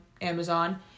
Amazon